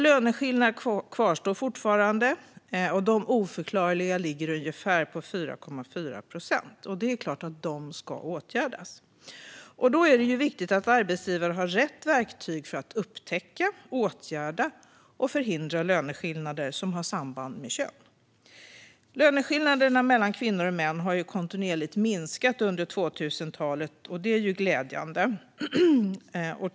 Löneskillnaderna kvarstår fortfarande, och de oförklarliga ligger på 4,4 procent. Det är klart att detta ska åtgärdas. Då är det viktigt att arbetsgivare har rätt verktyg för att upptäcka, åtgärda och förhindra löneskillnader som har samband med kön. Löneskillnaderna mellan kvinnor och män har kontinuerligt minskat under 2000-talet, vilket är glädjande.